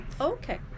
okay